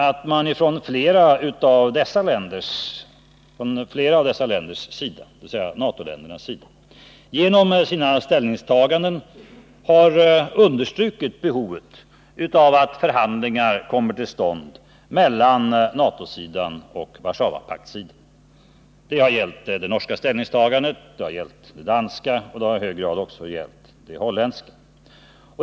Vi har noterat att flera NATO-länder genom sina ställningstaganden har understrukit behovet av att förhandlingar kommer till stånd mellan NATO-sidan och Warszawapaktsidan. Det har gällt det norska, det danska och i hög grad det holländska ställningstagandet.